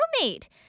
roommate